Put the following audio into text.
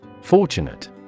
Fortunate